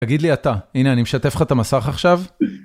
תגיד לי אתה, הנה אני משתף לך את המסך עכשיו.